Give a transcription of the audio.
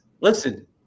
listen